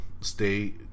stay